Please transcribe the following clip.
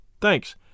Thanks